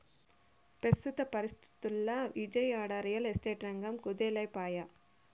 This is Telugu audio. పెస్తుత పరిస్తితుల్ల ఇజయవాడ, రియల్ ఎస్టేట్ రంగం కుదేలై పాయె